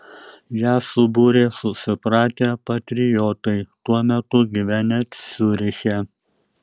ją subūrė susipratę patriotai tuo metu gyvenę ciuriche